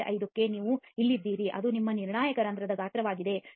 5 ಕ್ಕೆ ನೀವು ಇಲ್ಲಿದ್ದೀರಿ ಅದು ನಿಮ್ಮ ನಿರ್ಣಾಯಕ ರಂಧ್ರದ ಗಾತ್ರವಾಗಿದೆ 0